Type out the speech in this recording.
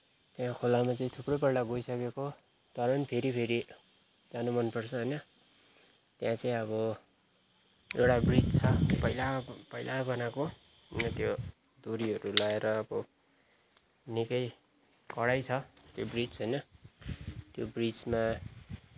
त्यहाँ खोलामा चाहिँ थुप्रैपल्ट गइसकेको तर पनि फेरि फेरि जान मनपर्छ होइन त्यहाँ चाहिँ अब एउटा ब्रिज छ पहिला पहिला बनाएको अन्त त्यो डोरीहरू लगाएर अब निकै कडै छ त्यो ब्रिज होइन त्यो ब्रिजमा